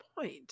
point